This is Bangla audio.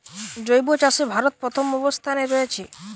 জৈব চাষে ভারত প্রথম অবস্থানে রয়েছে